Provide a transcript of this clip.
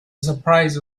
surprise